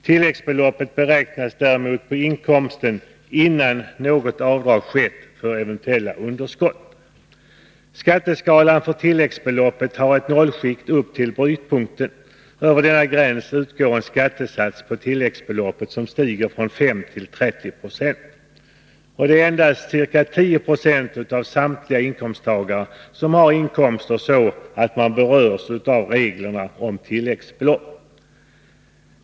Tilläggsbeloppet beräknas däremot på inkomsten innan något avdrag skett för eventuella underskott. Endast ca 10 90 av samtliga inkomsttagare har sådana inkomster att de berörs av reglerna om tilläggsbelopp.